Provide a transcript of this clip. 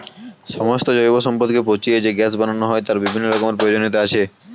সমস্ত জৈব সম্পদকে পচিয়ে যে গ্যাস বানানো হয় তার বিভিন্ন রকমের প্রয়োজনীয়তা আছে